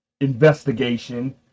investigation